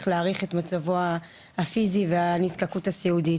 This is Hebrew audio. להעריך את מצבו הפיזי והנזקקות הסיעודית,